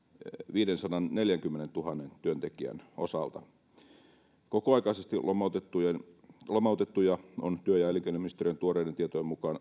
viidensadanneljänkymmenentuhannen työntekijän osalta kokoaikaisesti lomautettuja lomautettuja on työ ja elinkeinoministeriön tuoreiden tietojen mukaan